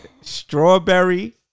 Strawberry